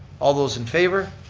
all those in favor?